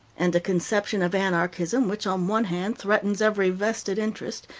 and a conception of anarchism, which, on one hand, threatens every vested interest,